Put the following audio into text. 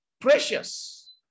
precious